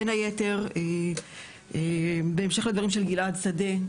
בן היתר בהמשך לדברים של גלעד שדה,